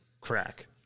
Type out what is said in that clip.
crack